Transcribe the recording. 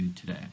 today